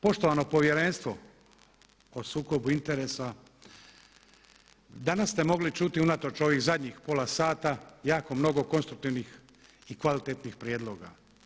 Poštovano Povjerenstvo o sukobu interesa danas ste mogli čuti unatoč ovih zadnjih pola sata jako mnogo konstruktivnih i kvalitetnih prijedloga.